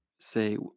say